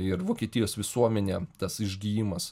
ir vokietijos visuomenė tas išgijimas